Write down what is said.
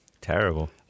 terrible